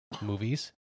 movies